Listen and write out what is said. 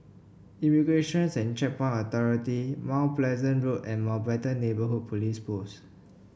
Immigration's and Checkpoint Authority Mount Pleasant Road and Mountbatten Neighbourhood Police Post